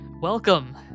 welcome